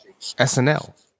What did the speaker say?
SNL